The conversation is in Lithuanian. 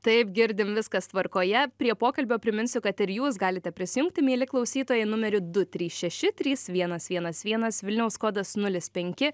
taip girdim viskas tvarkoje prie pokalbio priminsiu kad ir jūs galite prisijungti mieli klausytojai numeriu du trys šeši trys vienas vienas vienas vilniaus kodas nulis penki